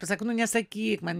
pasako nu nesakyk man